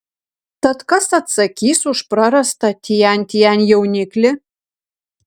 tad kas atsakys už prarastą tian tian jauniklį